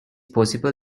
possible